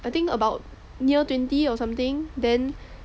I think about near twenty or something then